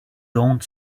don’t